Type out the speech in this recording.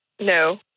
No